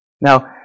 Now